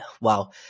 wow